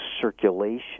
circulation